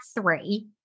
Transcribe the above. three